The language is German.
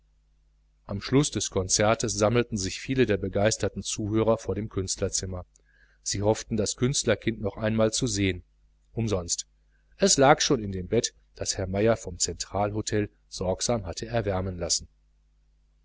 am schluß des konzerts sammelten sich viele der begeisterten zuhörer vor dem künstlerzimmer sie hofften auch das künstlerkind noch einmal zu sehen umsonst es lag schon in dem bett das herr meier vom zentralhotel sorgsam hatte erwärmen lassen